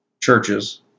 churches